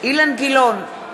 אילן גילאון,